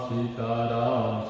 Sitaram